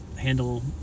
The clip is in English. handle